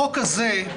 החוק הזה,